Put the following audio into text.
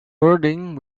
birding